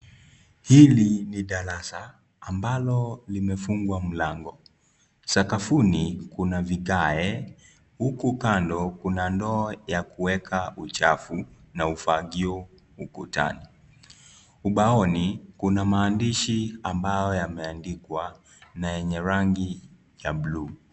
Hili ni darasa ambalo limefungwa mlango, sakafuni kuna vitae huku kando ya kuweka uchafu na ufagio ukutani, umbaoni kuna maandishi ambayo yameaandikwa na yenye rangi ya buluu.